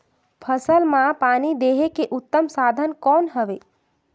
फसल मां पानी देहे के उत्तम साधन कौन हवे?